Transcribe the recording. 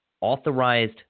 authorized